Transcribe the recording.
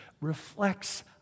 reflects